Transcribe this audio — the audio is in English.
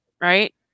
right